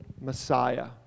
Messiah